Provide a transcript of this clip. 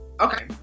Okay